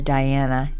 Diana